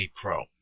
pro